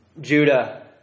Judah